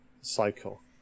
cycle